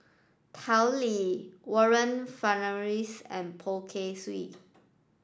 Tao Li Warren Fernandez and Poh Kay Swee